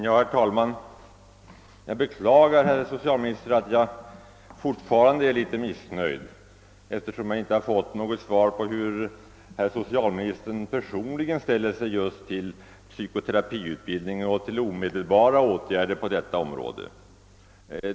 Herr talman! Jag beklagar, herr socialminister, att jag fortfarande är en smula missnöjd. Jag har inte fått något svar på hur socialministern personligen ställer sig till psykoterapeututbildningen och till omedelbara åtgärder på detta område.